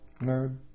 nerd